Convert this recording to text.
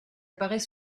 apparait